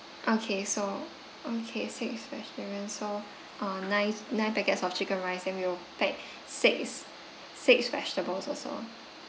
okay so okay six vegetarian so uh nine nine packets of chicken rice then we'll pack six six vegetables also